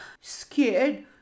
Scared